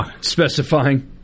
specifying